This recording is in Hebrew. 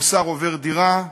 המוסר עובר דירה,